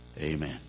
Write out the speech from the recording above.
Amen